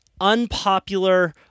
unpopular